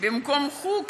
במקום חוג,